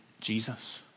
Jesus